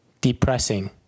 Depressing